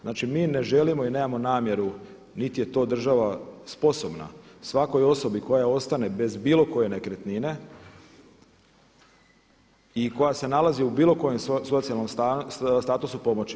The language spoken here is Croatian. Znači mi ne želimo i nemao namjeru niti je to država sposobna svakoj osobi koja ostane bez bilo koje nekretnine i koja se nalazi u bilo kojem socijalnom statutu pomoći.